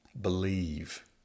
Believe